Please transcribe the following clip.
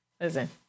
Listen